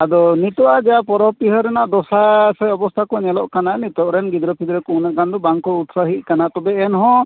ᱟᱫᱚ ᱱᱤᱛᱳᱜᱟᱜ ᱡᱟ ᱯᱚᱨᱚᱵᱽᱼᱯᱤᱦᱟᱹ ᱨᱮᱱᱟᱜ ᱫᱚᱥᱟ ᱥᱮ ᱟᱵᱚᱥᱛᱷᱟ ᱠᱚ ᱧᱮᱞᱚᱜ ᱠᱟᱱᱟ ᱱᱤᱛᱳᱜ ᱨᱮᱱ ᱜᱤᱫᱽᱨᱟᱹ ᱯᱤᱫᱽᱨᱟᱹ ᱠᱚ ᱩᱱᱟᱹᱜ ᱜᱟᱱ ᱫᱚ ᱵᱟᱝᱠᱚ ᱩᱛᱥᱟᱦᱤᱜ ᱠᱟᱱᱟ ᱛᱚᱵᱮ ᱮᱱᱦᱚᱸ